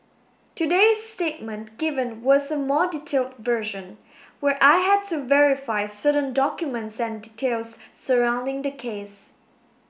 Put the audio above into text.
today's statement given was a more detailed version where I had to verify certain documents and details surrounding the case